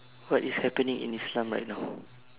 what is happening in islam right now